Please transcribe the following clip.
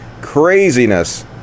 Craziness